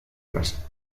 blas